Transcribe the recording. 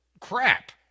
crap